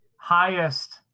highest